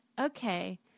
Okay